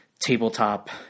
tabletop